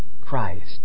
Christ